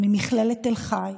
ממכללת תל חי,